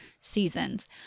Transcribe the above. seasons